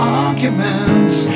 arguments